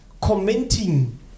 commenting